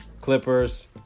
Clippers